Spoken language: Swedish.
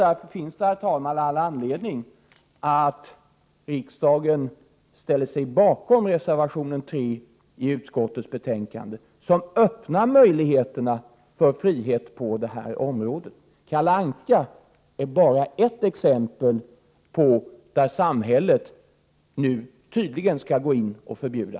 Det finns all anledning att riksdagen ställer sig bakom reservation 3 i utskottsbetänkandet som öppnar möjligheterna till frihet på detta område. Kalle Anka är bara ett exempel på detta område där samhället nu tydligen skall gå in och förbjuda.